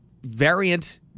variant